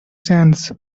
sands